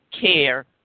care